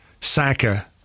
Saka